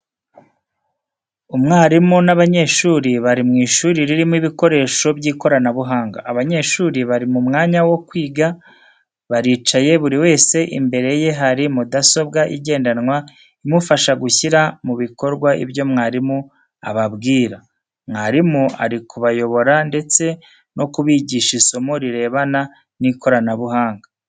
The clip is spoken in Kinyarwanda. Umwarimu n’abanyeshuri bari mu ishuri ririmo ibikoresho by’ikoranabuhanga. Abanyeshuri bari mu mwanya wo kwiga, baricaye buri wese imbere ye hari mudasobwa igendanwa imufasha gushyira mu bikorwa ibyo mwarimu ababwira. Mwarimu ari kubayobora ndetse no kubigisha isomo rirebana n'ikoranabuhanga.